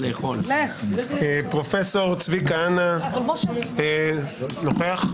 פרופ' צבי כהנא נוכח?